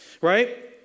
right